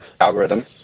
algorithm